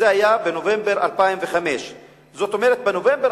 זה היה בנובמבר 2005. זאת אומרת בנובמבר